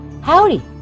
Howdy